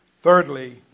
thirdly